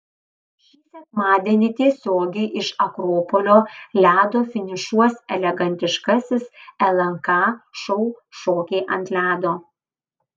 šį sekmadienį tiesiogiai iš akropolio ledo finišuos elegantiškasis lnk šou šokiai ant ledo